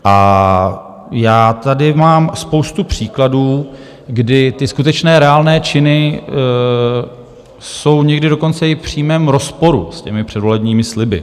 A já tady mám spoustu příkladů, kdy ty skutečné reálné činy jsou někdy dokonce i v přímém rozporu s těmi předvolebními sliby.